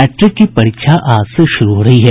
matric की परीक्षा आज से शुरू हो रही है